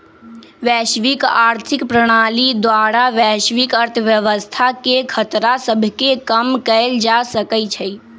वैश्विक आर्थिक प्रणाली द्वारा वैश्विक अर्थव्यवस्था के खतरा सभके कम कएल जा सकइ छइ